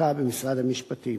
וחקיקה במשרד המשפטים: